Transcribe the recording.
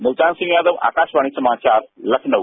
मुल्तान सिंह यादव आकाशवाणी समाचार लखनऊ